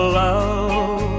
love